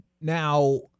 Now